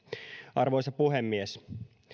arvoisa puhemies